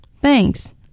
Thanks